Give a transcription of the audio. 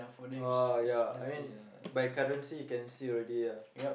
uh ya I mean by currency can see already ah